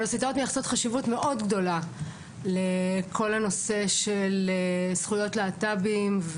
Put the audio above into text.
האוניברסיטאות מייחסות חשיבות מאוד גדולה לכל הנושא של זכויות להט"בים,